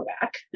back